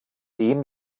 dem